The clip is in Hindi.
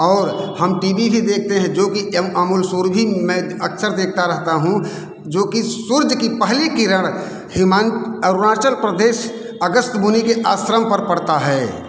और हम टी वी भी देखते हैं जो कि एम अमूल सौरभी मैं अक्सर देखता रहता हूँ जो कि सूरज की पहली किरण हेमांत अरूणाचल प्रदेश अगस्थ्य मुनि के आश्रम पर पड़ता है